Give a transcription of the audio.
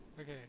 Okay